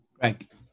Frank